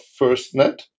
FirstNet